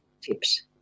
tips